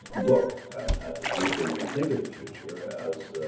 look at at the future, you can think of the future as